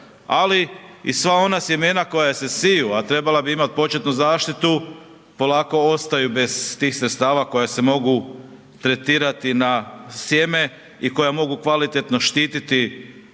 ali i sva ona sjemena koja su siju, a trebala bi imati početnu zaštitu, polako ostaju bez stih sredstava koja se mogu tretirati na sjeme i koja mogu kvalitetno štititi